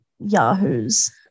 yahoos